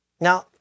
Now